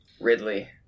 Ridley